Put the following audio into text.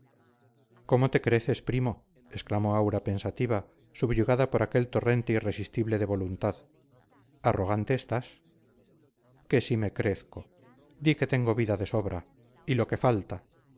cómo te creces primo exclamó aura pensativa subyugada por aquel torrente irresistible de voluntad arrogante estás que si me crezco di que tengo vida de sobra y lo que falta